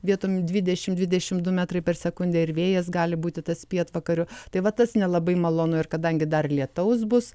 vietom dvidešimt dvidešimt du metrai per sekundę ir vėjas gali būti tas pietvakarių tai va tas nelabai malonu ir kadangi dar lietaus bus